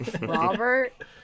Robert